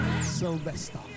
Sylvester